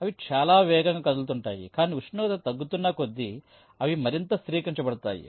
అవి చాలా వేగంగా కదులుతుంటాయి కానీ ఉష్ణోగ్రత తగ్గుతున్న కొద్దీ అవి మరింత స్థిరీకరించబడతాయి